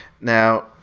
Now